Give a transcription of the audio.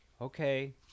okay